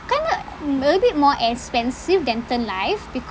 kind uh m~ maybe more expensive than term life because